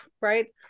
right